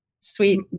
sweet